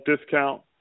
discount